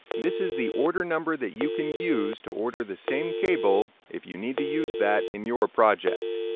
this is the order number that you can use to order the same cable if you need to use that in your project.